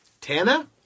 Tana